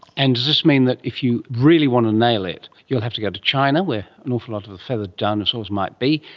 and does this mean that if you really want to nail it you'll have to go to china where an awful lot of the feathered dinosaurs might be,